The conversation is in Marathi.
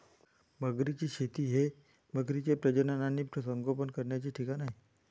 मगरींची शेती हे मगरींचे प्रजनन आणि संगोपन करण्याचे ठिकाण आहे